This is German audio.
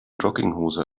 jogginghose